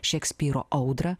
šekspyro audrą